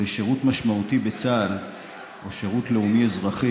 לשירות משמעותי בצה"ל או שירות לאומי אזרחי,